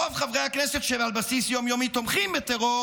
רוב חברי הכנסת שעל בסיס יום-יומי תומכים בטרור